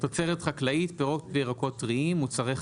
"תוצרת חקלאית" פירות וירקות טריים, מוצרי חלב,